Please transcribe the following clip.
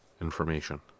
information